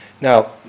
Now